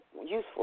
useful